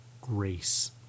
grace